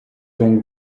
donc